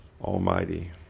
Almighty